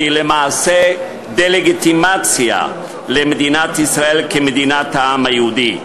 שהיא למעשה דה-לגיטימציה למדינת ישראל כמדינת העם היהודי.